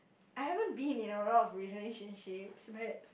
I haven't been in a lot of relationships but